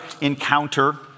encounter